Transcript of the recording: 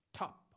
top